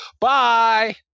bye